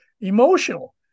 emotional